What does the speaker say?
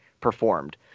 performed